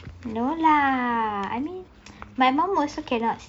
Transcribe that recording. no lah I mean my mum also cannot